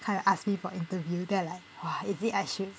kind of asked me for interview then I'm like !wah! is it I should